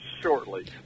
shortly